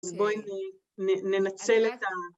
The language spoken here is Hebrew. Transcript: בואי ננצל את ה